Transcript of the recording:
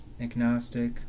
agnostic